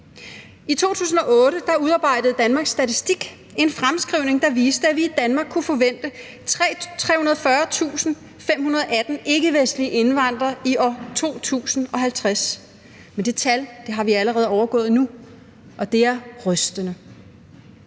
I 2008 udarbejdede Danmarks Statistik en fremskrivning, der viste, at vi i Danmark kunne forvente 340.518 ikkevestlige indvandrere i år 2050. Men det tal har vi allerede overgået nu, og det er rystende.